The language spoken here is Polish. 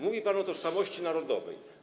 Mówi pan o tożsamości narodowej.